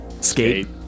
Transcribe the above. Skate